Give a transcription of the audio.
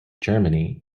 germany